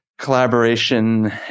Collaboration